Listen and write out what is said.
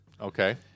Okay